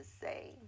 say